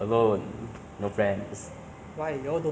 another bunch is like ve~ like me lah very quiet